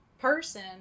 person